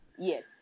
yes